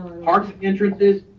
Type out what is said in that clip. hartford entrances,